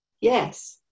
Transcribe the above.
Yes